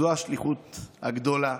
זו השליחות הגדולה,